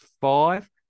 five